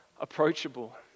approachable